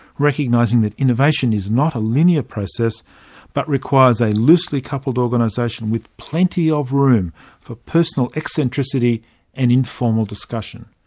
recognising that innovation is not a linear process but requires a loosely coupled organisation with plenty of room for personal eccentricity and informal discussion.